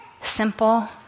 simple